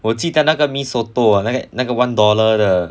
我记得那个 mee soto 那个那个 one dollar 的